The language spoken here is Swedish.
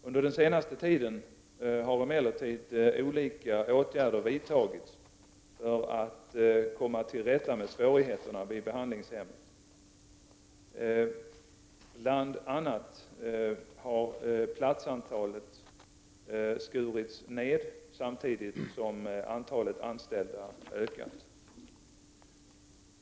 Under den senaste tiden har emellertid olika åtgärder vidtagits för att komma till rätta med svårigheterna vid behandlingshemmet. Bl.a. har platsantalet skurits ned, samtidigt som antalet anställda har ökat.